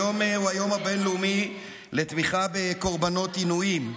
היום הוא היום הבין-לאומי לתמיכה בקורבנות עינויים,